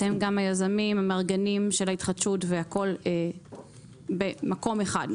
אתם גם היזמים והמארגנים של ההתחדשות והכול במקום אחד.